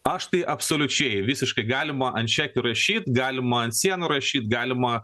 aš tai absoliučiai visiškai galima ant čekių rašyt galima ant sienų rašyt galima